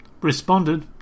responded